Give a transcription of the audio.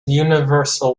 universal